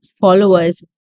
followers